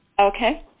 Okay